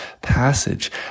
passage